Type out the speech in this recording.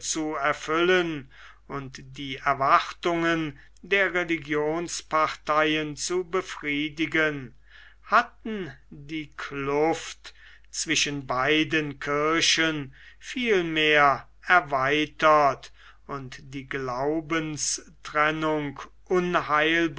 zu erfüllen und die erwartungen der religionsparteien zu befriedigen hatten die kluft zwischen beiden kirchen vielmehr erweitert und die